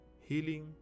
healing